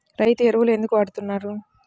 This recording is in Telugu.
రైతు ఎరువులు ఎందుకు వాడుతున్నారు?